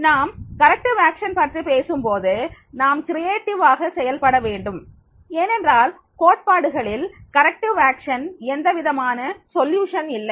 நாம் திருத்தம் நடவடிக்கை பற்றி பேசும்போது நாம் ஆக்கப்பூர்வமாக செயல்பட வேண்டும் ஏனென்றால் கோட்பாடுகளில் திருத்தம் நடவடிக்கையில் எந்தவிதமான தீர்வும் இல்லை